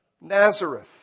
Nazareth